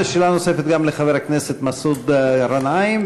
ושאלה נוספת גם לחבר הכנסת מסעוד גנאים,